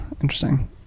Interesting